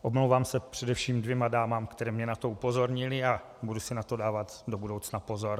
Omlouvám se především dvěma dámám, které mě na to upozornily, a budu si na to dávat do budoucna pozor.